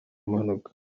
impanuka